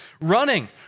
Running